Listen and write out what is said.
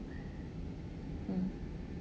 mm